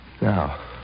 Now